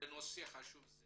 לנושא חשוב זה